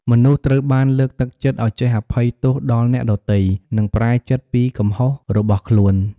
មនុស្សត្រូវបានលើកទឹកចិត្តឱ្យចេះអភ័យទោសដល់អ្នកដទៃ និងប្រែចិត្តពីកំហុសរបស់ខ្លួន។